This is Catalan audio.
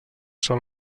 són